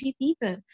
people